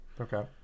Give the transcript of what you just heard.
Okay